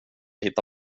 hitta